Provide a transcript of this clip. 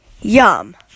yum